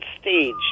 stage